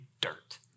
dirt